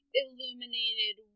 illuminated